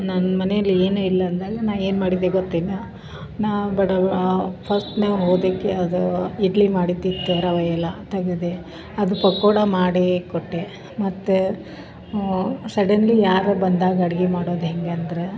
ನನ್ನ ಮನೆಯಲ್ಲಿ ಏನು ಇಲ್ಲ ಅಂದಾಗ ನಾ ಏನು ಮಾಡಿದೆ ಗೊತ್ತೇನು ನಾ ಬಡವ ಅದು ಇಡ್ಲಿ ಮಾಡಿದ್ದಿತ್ತು ರವೆ ಎಲ್ಲ ತೆಗೆದು ಅದು ಪಕೋಡ ಮಾಡಿ ಕೊಟ್ಟೆ ಮತ್ತು ಸಡನ್ಲಿ ಯಾರೋ ಬಂದಾಗ ಅಡ್ಗಿ ಮಾಡೋದು ಹೆಂಗಂದರೆ